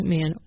Man